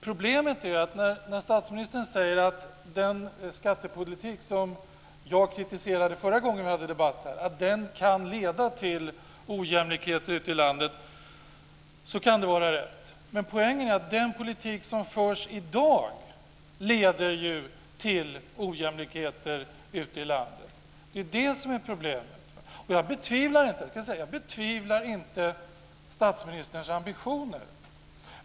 Problemet är att när statsministern säger att den skattepolitik som jag kritiserade förra gången vi hade partiledardebatt här i kammaren kan leda till ojämlikhet ute i landet kan det vara rätt. Men poängen är att den politik som förs i dag leder till ojämlikheter ute i landet. Det är problemet. Jag betvivlar inte statsministerns ambitioner.